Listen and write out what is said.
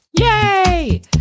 Yay